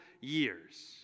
years